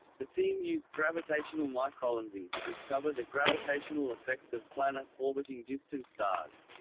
the team used gravitational microlensing to discover the gravitational effects of planets orbiting distant stars.